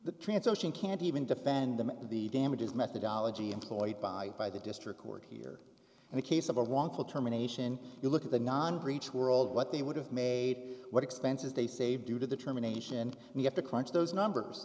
that transocean can't even defend them the damages methodology employed by by the district court here in the case of a wrongful termination you look at the non preach world what they would have made what expenses they saved due to determination we have to crunch those numbers